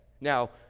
Now